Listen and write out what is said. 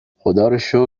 خداروشکر